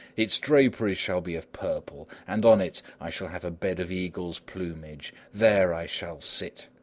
its draperies shall be of purple, and on it i shall have a bed of eagles' plumage. there i shall sit,